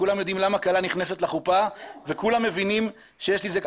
כולם מבינים למה כלה נכנסת לחופה וכולם מבינים שיש לי זיקה,